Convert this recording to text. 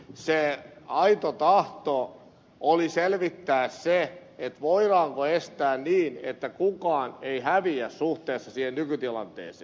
se aito tahto oli selvittää voidaanko estää niin että kukaan ei häviä suhteessa siihen nykytilanteeseen